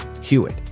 Hewitt